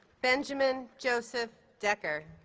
benjamin joseph decker